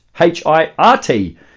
H-I-R-T